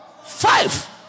Five